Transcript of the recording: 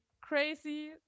crazy